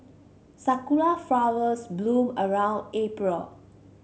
sakura flowers bloom around April